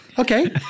Okay